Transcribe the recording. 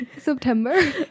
September